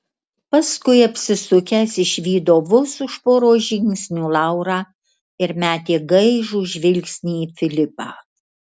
paskui apsisukęs išvydo vos už poros žingsnių laurą ir metė gaižų žvilgsnį į filipą